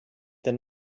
than